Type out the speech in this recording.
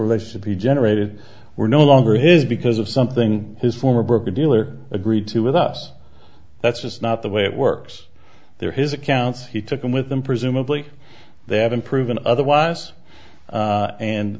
relationship he generated were no longer his because of something his former broker dealer agreed to with us that's just not the way it works they're his accounts he took them with them presumably they haven't proven otherwise